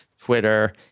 Twitter